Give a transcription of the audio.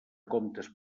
comptes